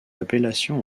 appellation